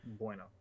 Bueno